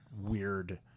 weird